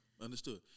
understood